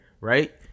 right